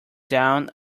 down